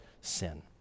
sin